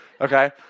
okay